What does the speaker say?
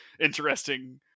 interesting